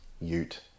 ute